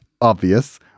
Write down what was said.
obvious